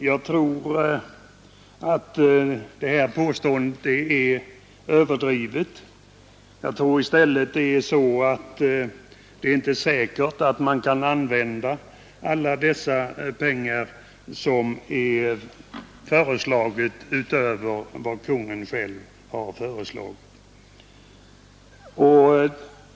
Jag tror att detta påstående är överdrivet. I stället anser jag att det inte är säkert att man kan använda alla de pengar som nu begärs utöver vad Kungl. Maj:t har föreslagit.